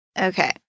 Okay